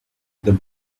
the